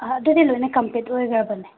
ꯑꯥ ꯑꯗꯨꯗꯤ ꯂꯣꯏꯅ ꯀꯝꯄ꯭ꯂꯤꯠ ꯑꯣꯏꯒ꯭ꯔꯕꯅꯦ